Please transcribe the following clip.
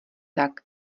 tak